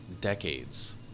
decades